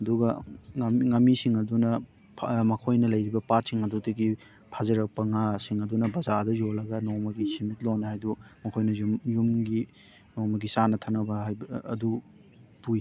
ꯑꯗꯨꯒ ꯉꯥꯃꯤ ꯉꯥꯃꯤꯁꯤꯡ ꯑꯗꯨꯅ ꯃꯈꯣꯏꯅ ꯂꯩꯔꯤꯕ ꯄꯥꯠꯁꯤꯡ ꯑꯗꯨꯗꯒꯤ ꯐꯥꯖꯔꯛꯄ ꯉꯥꯁꯤꯡ ꯑꯗꯨꯅ ꯕꯖꯥꯔꯗ ꯌꯣꯜꯂꯒ ꯅꯣꯡꯃꯒꯤ ꯁꯦꯃꯤꯠꯂꯣꯟ ꯍꯥꯏꯗꯨ ꯃꯈꯣꯏꯅ ꯌꯨꯝ ꯌꯨꯝꯒꯤ ꯅꯣꯡꯃꯒꯤ ꯆꯥꯅ ꯊꯛꯅꯕ ꯑꯗꯨ ꯄꯨꯏ